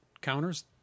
counters